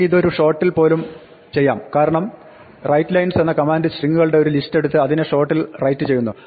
നമുക്ക് ഇത് ഒരു ഷോട്ടിൽ പോലും ചെയ്യാം കാരണം writeslines എന്ന കമാന്റ് സ്ട്രിങ്ങുകളുടെ ഒരു ലിസ്റ്റ് എടുത്ത് അതിനെ ഒരു ഷോട്ടിൽ റൈറ്റ് ചെയ്യുന്നു